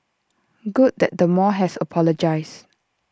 good that the mall has apologised